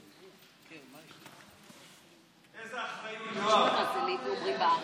איזה אחריות, יואב.